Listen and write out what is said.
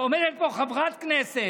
יש מפלגה בכנסת